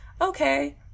okay